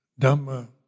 Dhamma